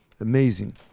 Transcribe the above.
Amazing